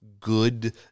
good